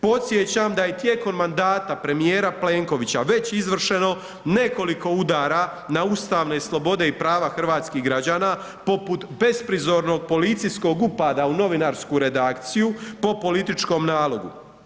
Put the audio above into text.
Podsjećam da je tijekom mandata premjera Plenkovića, već izvršeno nekoliko udara na ustavne slobode i prava hrvatskih građana, poput besprizorno policijskog upada u novinarsku redakciju, po političkom nalogu.